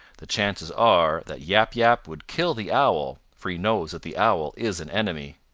the chances are that yap yap would kill the owl for he knows that the owl is an enemy.